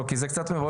לא, כי זה קצת מבלבל.